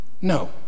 No